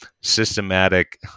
systematic